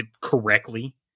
correctly